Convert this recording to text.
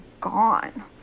gone